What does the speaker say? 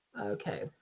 Okay